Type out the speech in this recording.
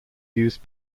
used